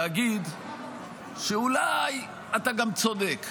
להגיד שאולי אתה גם צודק,